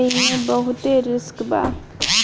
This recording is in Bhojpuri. एईमे बहुते रिस्क बा